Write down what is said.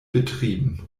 betrieben